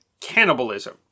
cannibalism